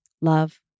Love